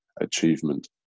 achievement